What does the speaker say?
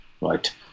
right